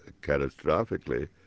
catastrophically